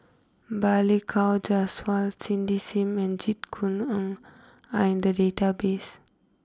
Balli Kaur Jaswal Cindy Sim and Jit Koon Ng are in the database